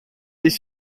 les